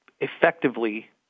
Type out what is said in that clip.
effectively